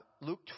Luke